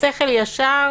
שכל ישר